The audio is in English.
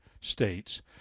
states